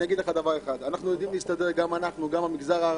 אגיד לך דבר אחד: אנחנו יודעים להסתדר גם אנחנו וגם המגזר הערבי,